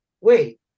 wait